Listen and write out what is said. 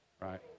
right